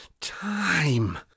time